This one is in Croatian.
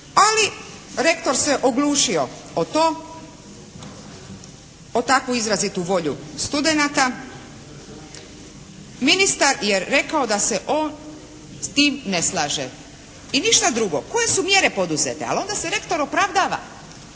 Ali rektor se oglušio o to, o takvu izrazitu volju studenata. Ministar je rekao da se on s tim ne slaže. I ništa drugo. Koje su mjere poduzete? Ali onda se rektor opravdava: